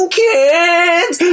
kids